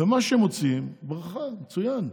ומה שמוציאים, ברכה, מצוין.